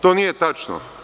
To nije tačno.